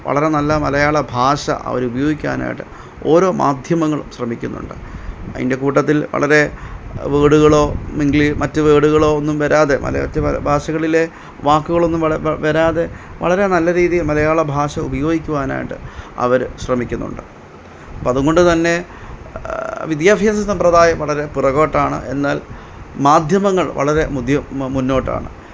വളരെ നല്ല മലയാള ഭാഷ അവരുപയോഗിക്കാനായിട്ട് ഓരോ മാധ്യമങ്ങളും ശ്രമിക്കുന്നുണ്ട് ഐന്റെ കൂട്ടത്തില് വളരെ വേഡുകളൊ മിഗ്ലി മറ്റ് വേഡുകളൊ ഒന്നും വരാതെ മലയാറ്റ് ഭാഷ ഭാഷകളിലെ വാക്കുകളൊന്നും വളരെ വരാതെ വളരെ നല്ല രീതിയിൽ മലയാളഭാഷ ഉപയോഗിക്കുവാനായിട്ട് അവർ ശ്രമിക്കുന്നുണ്ട് അപ്പം അത് കൊണ്ട് തന്നെ വിദ്യാഭ്യാസം സമ്പ്രദായം വളരെ പുറകോട്ടാണ് എന്നാല് മാധ്യമങ്ങള് വളരെ മുതിയ മുന്നോട്ടാണ്